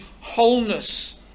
wholeness